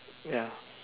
ya